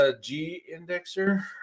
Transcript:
G-Indexer